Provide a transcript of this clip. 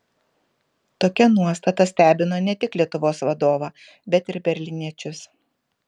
tokia nuostata stebino ne tik lietuvos vadovą bet ir berlyniečius